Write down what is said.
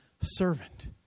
servant